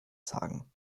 sagen